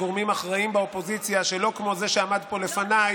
חבר הכנסת יוראי להב הרצנו, קריאה שנייה.